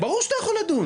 ברור שאתה יכול לדון.